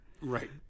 Right